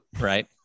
right